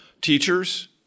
teachers